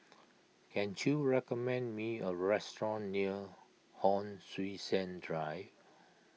can you recommend me a restaurant near Hon Sui Sen Drive